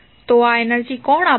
તો આ એનર્જી કોણ આપશે